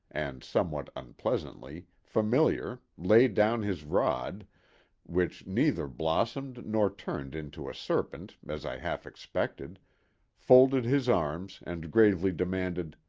and somewhat unpleasantly, familiar, laid down his rod which neither blossomed nor turned into a serpent, as i half expected folded his arms, and gravely demanded,